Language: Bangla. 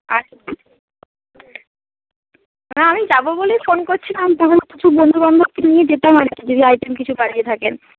আচ্ছা না আমি যাবো বলেই ফোন করছিলাম আমার কিছু বন্ধু বান্ধবকে নিয়ে যেতাম আর কি যদি আইটেম কিছু বাড়িয়ে থাকেন